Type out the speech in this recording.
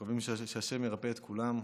מקווים שהשם ירפא את כולם.